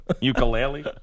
Ukulele